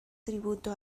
tributo